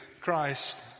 Christ